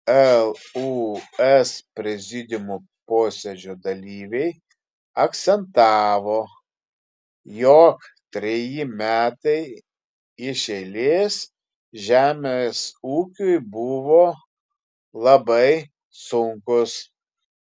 lūs prezidiumo posėdžio dalyviai akcentavo jog treji metai iš eilės žemės ūkiui buvo labai sunkūs